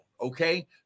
Okay